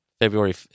February